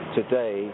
today